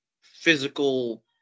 physical